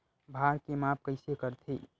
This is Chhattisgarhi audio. भार के माप कइसे करथे?